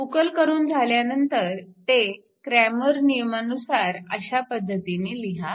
उकल करून झाल्यावर ते क्रॅमर नियमा Kramer's Rule नुसार अशा पद्धतीने लिहा